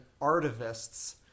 artivists